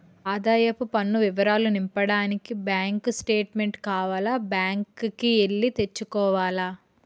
ఆదాయపు పన్ను వివరాలు నింపడానికి బ్యాంకు స్టేట్మెంటు కావాల బ్యాంకు కి ఎల్లి తెచ్చుకోవాల